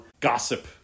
Gossip